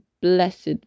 blessed